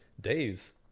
days